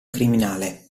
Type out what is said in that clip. criminale